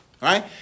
Right